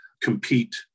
compete